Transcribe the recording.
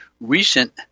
recent